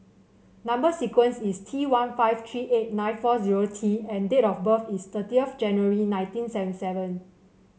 number sequence is T one five three eight nine four zero T and date of birth is thirty January nineteen seventy seven